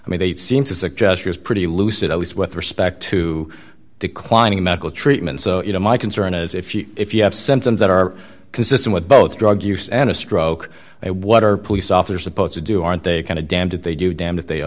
i mean they seem to suggest she was pretty lucid at least with respect to declining medical treatment so you know my concern is if you if you have symptoms that are consistent with both drug use and a stroke what are police officers supposed to do aren't they kind of damned if they do damned if they